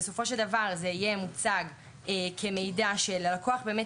בסופו של דבר זה יהיה מוצג כמידע שללקוח באמת